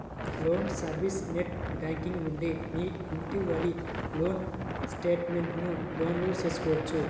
loan service net banking నుండి మీ ఇటీవలి లోన్ స్టేట్మెంట్ను డౌన్లోడ్ చేసుకోవచ్చు